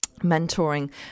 mentoring